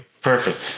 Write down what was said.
Perfect